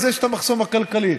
אז יש מחסום כלכלי.